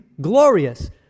glorious